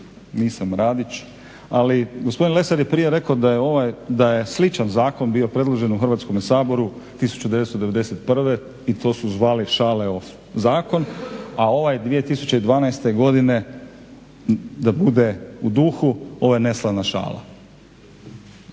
Nisam Radić. Ali gospodin Lesar je prije rekao da je sličan zakon bio predložen u Hrvatskom saboru 1991.i to su zvali šaleof zakon, ovaj 2012.godine da bude u duhu ovo je neslana šala.